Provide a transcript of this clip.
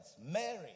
Mary